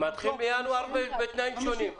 מתחיל בינואר בתנאים שונים.